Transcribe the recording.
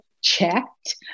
checked